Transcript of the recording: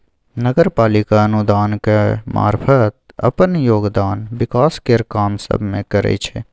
नगर पालिका अनुदानक मारफत अप्पन योगदान विकास केर काम सब मे करइ छै